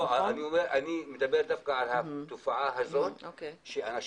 אני מדבר דווקא על התופעה הזאת שאנשים